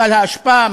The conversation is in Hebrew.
בסל האשפה,